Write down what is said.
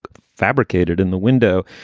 but fabricated in the window.